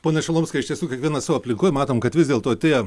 pone šilomskai iš tiesų kiekvienas savo aplinkoj matom kad vis dėlto tie